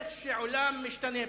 איך שעולם משתנה,